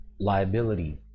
Liability